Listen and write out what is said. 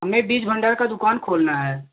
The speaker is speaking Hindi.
हमें बीज भंडार का दुकान खोलना है